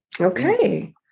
okay